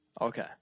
okay